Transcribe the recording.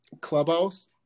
clubhouse